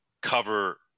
cover